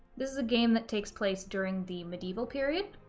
this is a game that takes place during the medieval period,